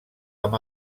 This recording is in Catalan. amb